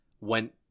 went